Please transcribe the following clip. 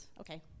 Okay